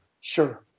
Sure